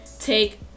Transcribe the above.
take